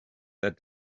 that